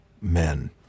men